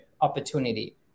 opportunity